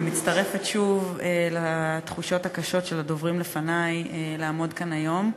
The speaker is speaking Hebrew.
אני מצטרפת שוב לתחושות הקשות של הדוברים לפני לעמוד כאן היום.